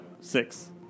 Six